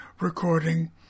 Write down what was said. recording